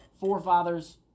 forefathers